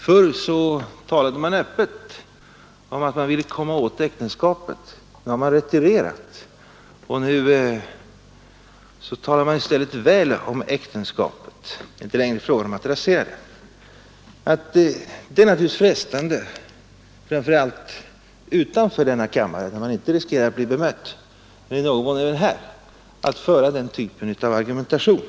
Förr talade man öppet om att man ville komma åt äktenskapet, nu har man retirerat och talar i stället väl om äktenskapet. Nu är det inte längre fråga om att rasera det. Så heter det från moderaternas sida. Det är naturligtvis frestande, framför allt utanför denna kammare där man inte riskerar att bli bemött, att föra den typen av argumentation.